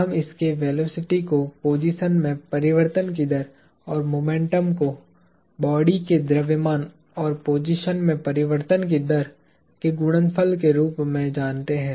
हम इसके वेलोसिटी को पोजीशन में परिवर्तन की दर और मोमेंटम को बॉडी के द्रव्यमान और पोजीशन में परिवर्तन की दर के गुणनफल के रूप में जानते हैं